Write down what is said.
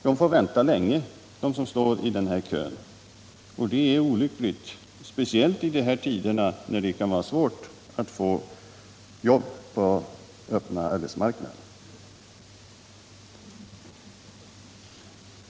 De som står i den här kön får vänta länge och det är olyckligt, speciellt i dessa tider, när det kan vara svårt att få jobb på den öppna marknaden.